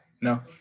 No